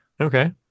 Okay